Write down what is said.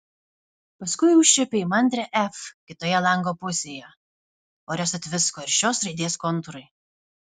paskui užčiuopė įmantrią f kitoje lango pusėje ore sutvisko ir šios raidės kontūrai